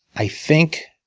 i think